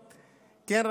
כן,